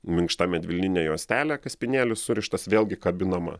minkšta medvilninė juostelė kaspinėlis surištas vėlgi kabinama